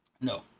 No